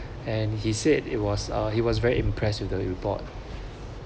and he said it was uh he was very impressed with the report